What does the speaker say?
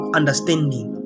understanding